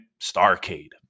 Starcade